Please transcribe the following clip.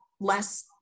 less